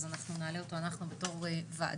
אז אנחנו נעלה אותו אנחנו בתור וועדה,